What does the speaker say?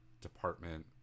department